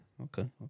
Okay